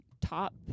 top